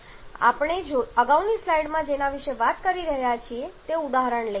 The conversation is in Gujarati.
ચાલો આપણે અગાઉની સ્લાઈડમાં જેના વિશે વાત કરી રહ્યા છીએ તે ઉદાહરણ લઈએ